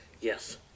yes